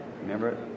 Remember